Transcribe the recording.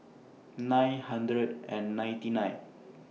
nine hundred and ninety nine